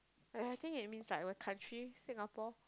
like I think it means like we're a country Singapore